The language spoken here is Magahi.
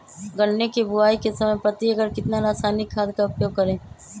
गन्ने की बुवाई के समय प्रति एकड़ कितना रासायनिक खाद का उपयोग करें?